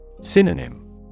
Synonym